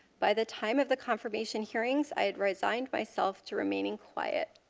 by the time of the confirmation hearing i had resigned myself to remain quiet